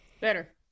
Better